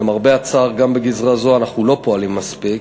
למרבה הצער גם בגזרה זו אנחנו לא פועלים מספיק.